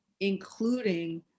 including